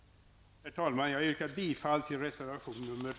Herr talman! Jag yrkar bifall till reservation nr 5.